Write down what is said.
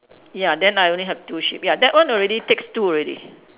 ya then I only have two sheep ya that one already takes two already